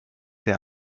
der